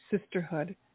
sisterhood